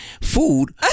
food